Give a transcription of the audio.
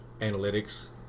analytics